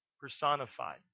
personified